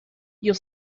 your